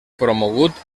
promogut